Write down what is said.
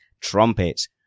trumpets